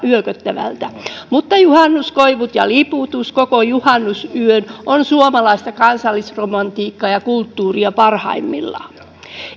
yököttävältä mutta juhannuskoivut ja liputus koko juhannusyön on suomalaista kansallisromantiikkaa ja kulttuuria parhaimmillaan